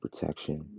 protection